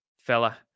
fella